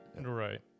Right